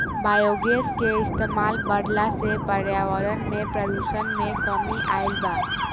biogas के इस्तमाल बढ़ला से पर्यावरण में प्रदुषण में कमी आइल बा